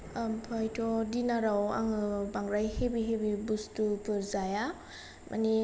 ओमफ्रायथ' दिनाराव आं बांद्राय हेभि हेभि बुस्थुफोर जाया मानि